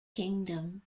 kingdom